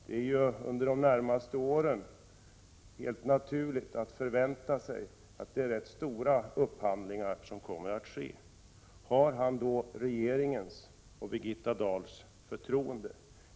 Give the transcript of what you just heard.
Det är ju helt naturligt att under de närmaste åren förvänta sig att ganska stora upphandlingar kommer att ske. Har generaldirektören då regeringens och Birgitta Dahls förtroende?